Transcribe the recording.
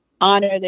honor